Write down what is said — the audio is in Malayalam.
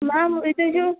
മാം ഇതൊരു